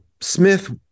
Smith